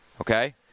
okay